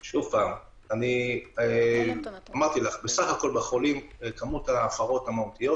שוב, בסך הכול בחולים מספר ההפרות המהותיות